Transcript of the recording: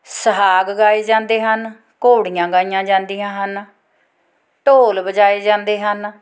ਸੁਹਾਗ ਗਾਏ ਜਾਂਦੇ ਹਨ ਘੋੜੀਆਂ ਗਾਈਆਂ ਜਾਂਦੀਆਂ ਹਨ ਢੋਲ ਵਜਾਏ ਜਾਂਦੇ ਹਨ